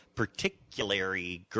particularly